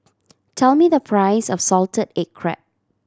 tell me the price of salted egg crab